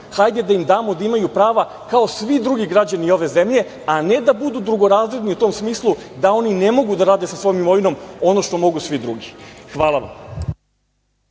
Hajde da im damo da imaju prava kao svi drugi građani ove zemlje, a ne da budu drugorazredni u tom smislu da oni ne mogu da rade sa svojom imovinom ono što mogu svi drugi. Hvala vam.